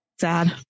Sad